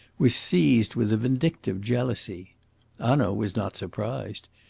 was seized with a vindictive jealousy. hanaud was not surprised.